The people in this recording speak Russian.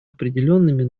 определенными